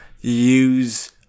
use